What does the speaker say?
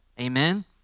amen